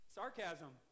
sarcasm